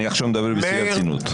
ואני עכשיו מדבר בשיא הרצינות.